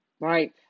right